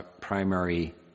primary